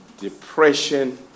depression